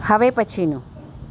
હવે પછીનું